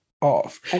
off